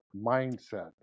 mindset